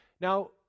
Now